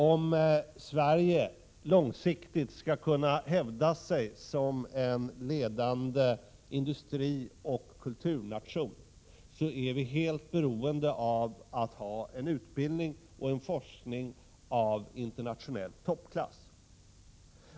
Om Sverige långsiktigt skall kunna hävda sig som en ledande industrioch kulturnation är vi helt beroende av att ha en utbildning och en forskning av internationell toppklass.